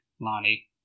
Lonnie